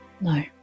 No